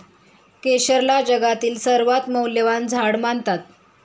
केशरला जगातील सर्वात मौल्यवान झाड मानतात